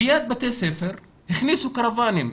ליד בתי ספר הכניסו קרוואנים.